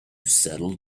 settle